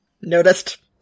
noticed